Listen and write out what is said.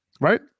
Right